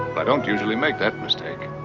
i don't usually make that mistake.